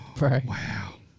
Wow